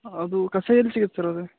ಅದು ಕಷಾಯ ಎಲ್ಲಿ ಸಿಗತ್ತೆ ಸರ್ ಅದು